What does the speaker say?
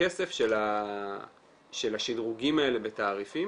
הכסף של השדרוגים האלה בתעריפים